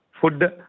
food